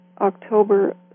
October